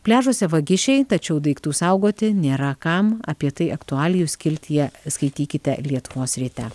pliažuose vagišiai tačiau daiktų saugoti nėra kam apie tai aktualijų skiltyje skaitykite lietuvos ryte